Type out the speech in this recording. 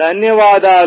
ధన్యవాదాలు